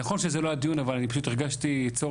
נכון שזה לא הדיון, אבל אני פשוט הרגשתי צורך,